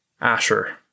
Asher